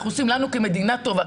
אנחנו עושים לנו כמדינה טובה,